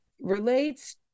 relates